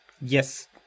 Yes